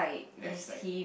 left side